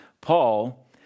Paul